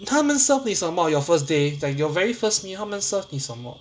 他们 serve 你什么 your first day like your very first meal 他们 serve 你什么